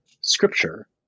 scripture